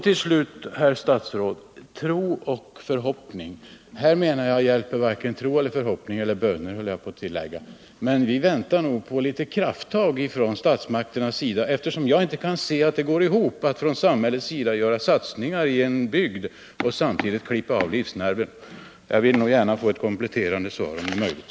Till slut, herr statsråd, menar jag att här hjälper varken tro eller förhoppningar eller böner, höll jag på att tillägga, men vi väntar på ett krafttag från statsmakternas sida, eftersom jag inte kan se att det går ihop att från samhällets sida göra satsningar i en bygd och samtidigt klippa av livsnerven. Jag vill gärna få ett kompletterande svar, om det är möjligt.